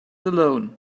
alone